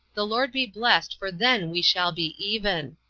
the lord be blest for then we shall be even.